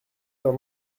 dans